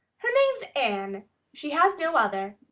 her name's anne she has no other.